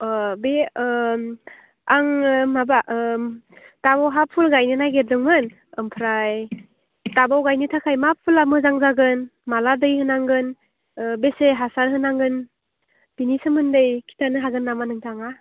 बे आङो माबा टाबआवहाय फुल गायनो नागिरदोंमोन ओमफ्राय टाबआव गायनो थाखाय मा फुला मोजां जागोन माब्ला दै होनांगोन बेसे हासार होनांगोन बेनि सोमोन्दै खिथानो हागोन नामा नोंथाङा